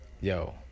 yo